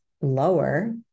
lower